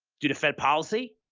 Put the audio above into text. due to fed policy,